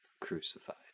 crucified